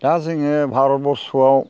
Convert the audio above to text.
दा जोङो भारत बरस'आव